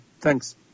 Thanks